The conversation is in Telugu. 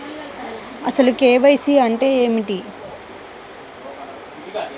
అసలు కే.వై.సి అంటే ఏమిటి?